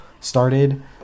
started